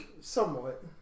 Somewhat